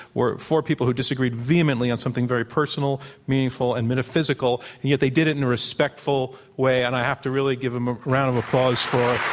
were four people who disagreed vehemently on something very personal, meaningful, and metaphysical. and yet, they did it in a respectful way. and i have to really give them a round of applause for